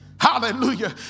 Hallelujah